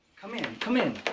come in, come in.